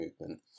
movement